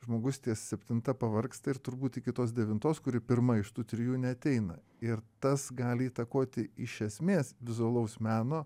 žmogus ties septinta pavargsta ir turbūt iki tos devintos kuri pirma iš tų trijų neateina ir tas gali įtakoti iš esmės vizualaus meno